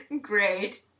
Great